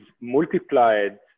multiplied